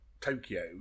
Tokyo